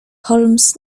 holmes